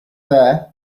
there